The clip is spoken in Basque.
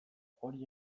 hori